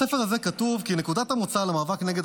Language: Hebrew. בספר הזה כתוב כי נקודת המוצא למאבק נגד